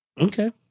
Okay